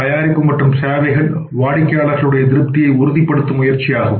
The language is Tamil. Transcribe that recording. தயாரிப்பு மற்றும் சேவைகள் வாடிக்கையாளர் திருப்தியை உறுதிப்படுத்தும் முயற்சியாகும்